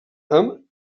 amb